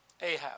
Ahab